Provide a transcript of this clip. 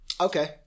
Okay